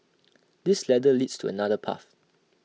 this ladder leads to another path